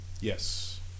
Yes